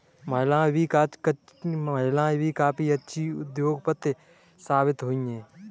महिलाएं भी काफी अच्छी उद्योगपति साबित हुई हैं